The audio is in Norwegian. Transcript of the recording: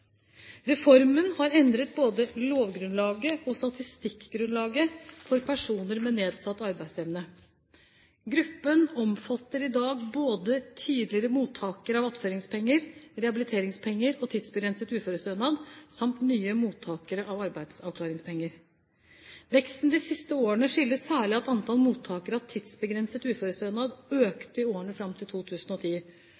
har endret både lovgrunnlaget og statistikkgrunnlaget for personer med nedsatt arbeidsevne. Gruppen omfatter i dag både tidligere mottakere av attføringspenger, rehabiliteringspenger og tidsbegrenset uførestønad samt nye mottakere av arbeidsavklaringspenger. Veksten de siste årene skyldes særlig at antall mottakere av tidsbegrenset uførestønad